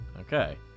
Okay